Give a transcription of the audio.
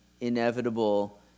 inevitable